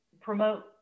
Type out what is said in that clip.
promote